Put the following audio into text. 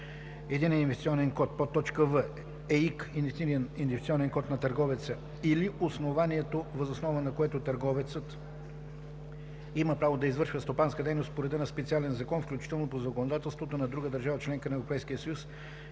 на електронна поща; в) ЕИК на търговеца или основанието, въз основа на което търговецът има право да извършва стопанска дейност по реда на специален закон, включително по законодателството на друга държава – членка на Европейския съюз,